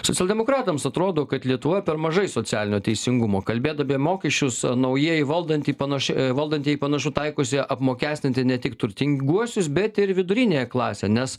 socialdemokratams atrodo kad lietuvoje per mažai socialinio teisingumo kalbėt apie mokesčius naujieji valdanti panaši valdantieji panašu taikosi apmokestinti ne tik turtinguosius bet ir viduriniąją klasę nes